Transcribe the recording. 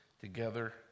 together